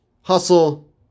Hustle